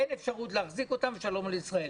אין אפשרות להחזיק אותם ושלום על ישראל.